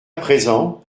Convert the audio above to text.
présent